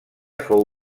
fou